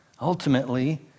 Ultimately